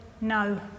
no